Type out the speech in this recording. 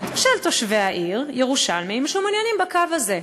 של תושבי העיר ירושלים שמעוניינים בקו הזה.